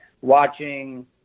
watching